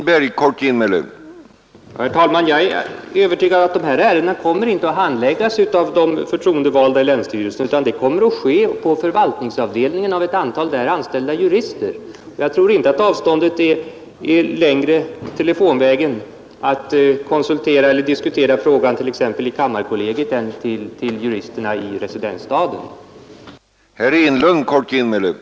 Herr talman! Jag är övertygad om att de här ärendena inte kommer att handläggas av de förtroendevalda i länsstyrelsen utan på förvaltningsavdelningen av ett antal där anställda jurister. Och jag tror inte heller att avståndet är längre telefonvägen till exempelvis kammarkollegiet än till juristerna i residensstaden när det gäller att diskutera frågan.